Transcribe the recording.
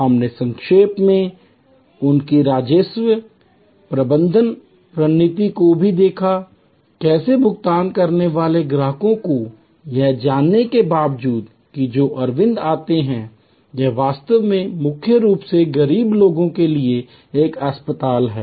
हमने संक्षेप में उनकी राजस्व प्रबंधन रणनीति को भी देखा कैसे भुगतान करने वाले ग्राहकों को यह जानने के बावजूद कि जो अरविंद आते हैं यह वास्तव में मुख्य रूप से गरीब लोगों के लिए एक अस्पताल है